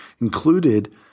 included